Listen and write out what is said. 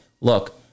look